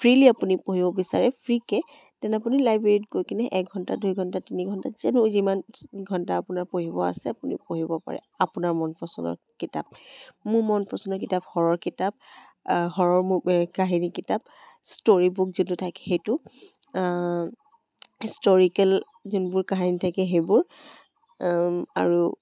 freely আপুনি পঢ়িব বিচাৰে ফ্ৰীকৈ তেনে আপুনি লাইব্ৰেৰীত গৈ কিনে এঘণ্টা দুঘণ্টা তিনিঘণ্টা যেনেকৈ যিমান ঘণ্টা আপোনাৰ পঢ়িব আছে আপুনি পঢ়িব পাৰে আপোনাৰ মন পচন্দৰ কিতাপ মোৰ মন পচন্দৰ কিতাপ হ'ৰৰ কিতাপ হ'ৰৰ মু কাহিনী কিতাপ ষ্টৰী বুক যোনটো থাকে সেইটো হিষ্টৰীকেল যোনবোৰ কাহিনী থাকে সেইবোৰ আৰু